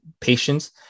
patients